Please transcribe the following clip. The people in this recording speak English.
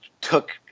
took